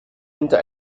hinter